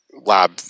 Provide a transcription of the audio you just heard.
lab